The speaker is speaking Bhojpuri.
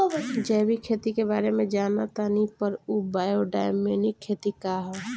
जैविक खेती के बारे जान तानी पर उ बायोडायनमिक खेती का ह?